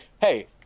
hey